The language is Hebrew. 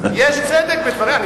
לא, לא, יש צדק בדבריה.